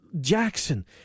Jackson